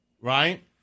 right